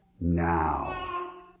now